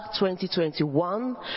2021